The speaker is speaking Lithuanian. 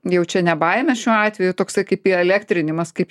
jau čia ne baimę šiuo atveju toksai kaip įelektrinimas kaip